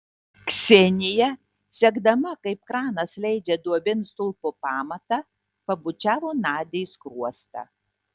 ksenija sekdama kaip kranas leidžia duobėn stulpo pamatą pabučiavo nadią į skruostą